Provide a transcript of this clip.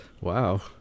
Wow